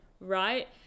right